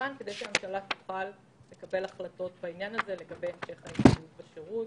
כדי שהממשלה תוכל לקבל החלטות לגבי המשך ההסתייעות בשירות.